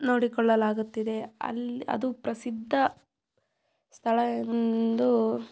ನೋಡಿಕೊಳ್ಳಲಾಗುತ್ತಿದೆ ಅಲ್ಲಿ ಅದು ಪ್ರಸಿದ್ಧ ಸ್ಥಳ ಎಂದು